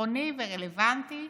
חסכוני ורלוונטי,